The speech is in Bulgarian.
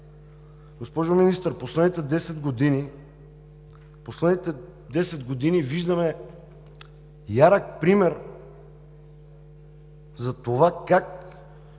Госпожо Министър, в последните десет години виждаме ярък пример за това как